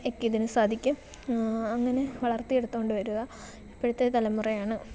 ഒക്കെയതിനു സാധിക്കും അങ്ങനെ വളർത്തിയെടുത്തു കൊണ്ട് വരുവാ ഇപ്പോഴത്തെ തലമുറയാണ്